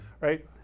right